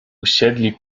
usiedli